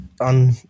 on